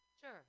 Sure